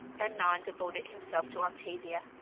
annon devoted himself to octavia,